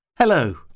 Hello